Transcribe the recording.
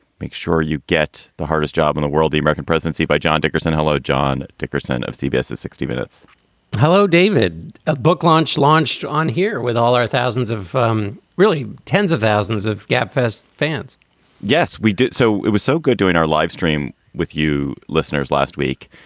make sure you get the hardest job in the world. the american presidency by john dickerson. hello, john dickerson of cbs sixty minutes hello, david. a book launch launched on here with all our thousands of um really tens of thousands of gabfests fans yes, we did. so it was so good doing our livestream with you listeners last week.